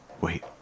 Wait